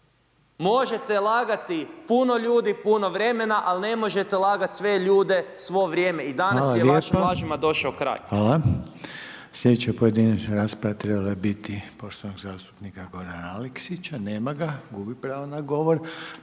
Možete lagati puno ljudi puno vremena ali ne možete lagati sve ljude svo vrijeme. I danas je vašim lažima došao kraj. **Reiner, Željko (HDZ)** Hvala lijepa, hvala. Sljedeća pojedinačna rasprava trebala je biti poštovanog zastupnika Gorana Aleksića, nema ga, gubi pravo na govor.